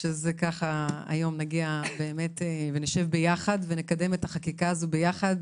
שהיום נגיע ונשב ביחד ונקדם את החקיקה הזו ביחד.